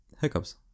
Hiccups